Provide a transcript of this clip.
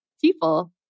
people